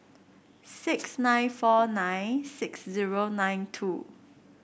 six nine four nine six zero nine two